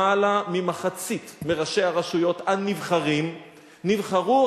למעלה ממחצית מראשי הרשויות הנבחרים נבחרו,